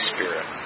Spirit